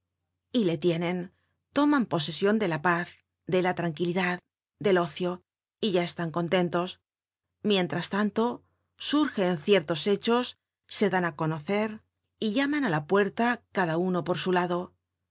y le tienen toman posesion de la paz de la tranquilidad del ocio y ya están contentos mientras tanto surgen ciertos hechos se dan á conocer y llaman á la puerta cada uno por su lado